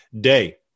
Day